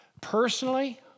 personally